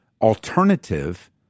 alternative